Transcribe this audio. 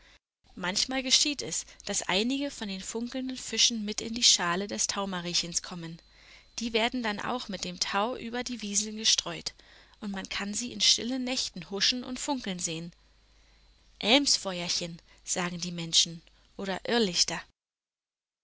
manchmal geschieht es daß einige von den funkelnden fischen mit in die schale des taumariechens kommen die werden dann auch mit dem tau über die wiesen gestreut und man kann sie in stillen nächten huschen und funkeln sehen elmsfeuerchen sagen die menschen oder irrlichter